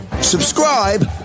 Subscribe